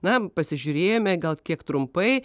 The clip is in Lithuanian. na pasižiūrėjome gal kiek trumpai